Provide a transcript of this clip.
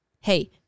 hey